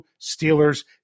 Steelers